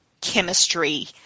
chemistry